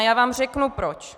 Já vám řeknu proč.